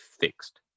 fixed